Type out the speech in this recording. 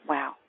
Wow